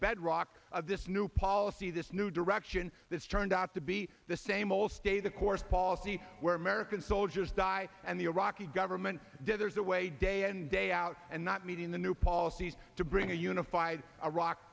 bedrock of this new policy this new direction this turned out to be the same old stay the course policy where american soldiers die and the iraqi government did there's no way day and day out and not meeting the new policies to bring a unified iraq